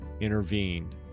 intervened